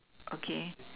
okay